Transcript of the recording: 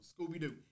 Scooby-Doo